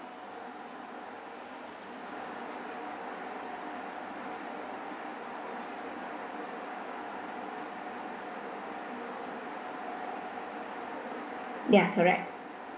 ya correct